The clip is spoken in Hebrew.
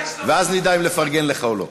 ואז נדע אם לפרגן לך או לא.